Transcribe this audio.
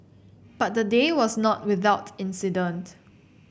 but the day was not without incident